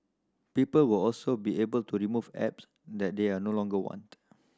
people will also be able to remove apps that they are no longer want